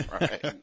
Right